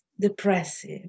depressive